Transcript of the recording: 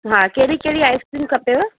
हा कहिड़ी कहिड़ी आइस्क्रीम खपेव